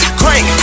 crank